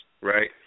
Right